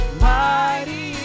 mighty